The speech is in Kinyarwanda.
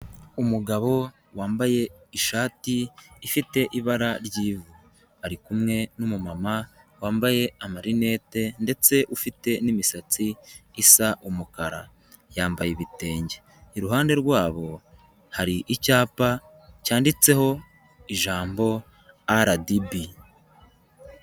Umugabo wambaye ishati ifite ibara ry'ivu ari kumwe n'umumama wambaye amarinete ndetse ufite n'imisatsi isa umukara, yambaye ibitenge, iruhande rwabo hari icyapa cyanditseho ijambo RDB.